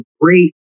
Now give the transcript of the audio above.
great